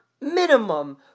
minimum